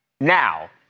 Now